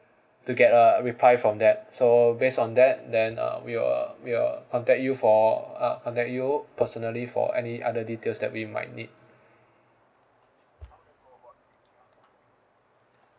to get a reply from that so base on that then uh we'll we'll contact you for uh contact you personally for any other details that we might need